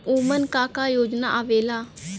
उमन का का योजना आवेला?